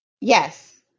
Yes